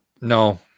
No